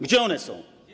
Gdzie one są?